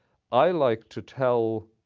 i like to tell